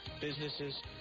businesses